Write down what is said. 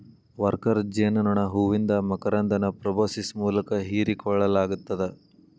worker ಜೇನನೋಣ ಹೂವಿಂದ ಮಕರಂದನ ಪ್ರೋಬೋಸಿಸ್ ಮೂಲಕ ಹೇರಿಕೋಳ್ಳಲಾಗತ್ತದ